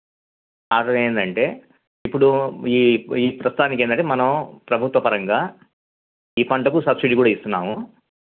order ఏంటంటే ఇప్పుడు ఈ ఈ ప్రస్తుతానికి ఏంటంటే మనం ప్రభుత్వపరంగా ఈ పంటకు సబ్సిడీ కూడా ఇస్తున్నాము